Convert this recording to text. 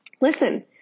listen